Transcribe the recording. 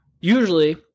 usually